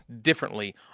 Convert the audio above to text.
differently